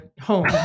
home